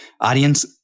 audience